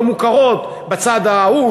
לא מוכרות: בצד ההוא,